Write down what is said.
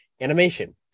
animation